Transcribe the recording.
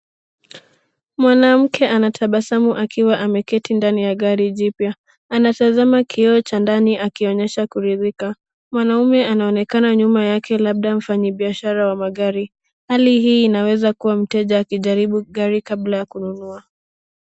Mwanamke anatabasamu akiwa ameketi ndani ya gari jipya. Anatazama kioo cha ndani akionyesha kuridhika. Mwanaume anaonekana nyuma yake labda mfanyibiashara wa magari. Hali hii inaweza kuwa mteja akijaribu gari kabla ya kununua.